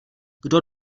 kdo